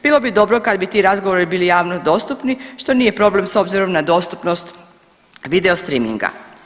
Bilo bi dobro kad bi ti razgovori bili javno dostupni što nije problem s obzirom na dostupnost video streaminga.